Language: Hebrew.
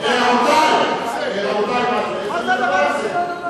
נא להוציא את חבר הכנסת פרוש.